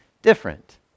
different